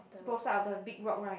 both side of the big rock right